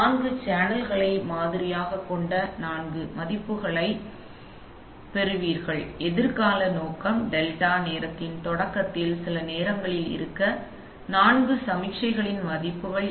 நான்கு சேனல்களை மாதிரியாக கொண்ட நான்கு மதிப்புகளைப் பெறுவீர்கள் எதிர்கால நோக்கம் டெல்டா நேரத்தின் தொடக்கத்தில் சில நேரங்களில் இருந்த நான்கு சமிக்ஞைகளின் மதிப்புகள்